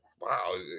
wow